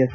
S